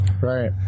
right